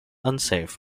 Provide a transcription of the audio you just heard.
unsafe